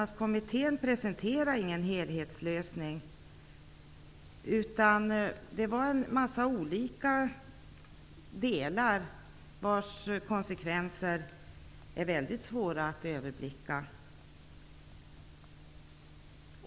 Den presenterade ingen helhetslösning utan föreslog en mängd olika delåtgärder vars konsekvenser är mycket svåra att överblicka.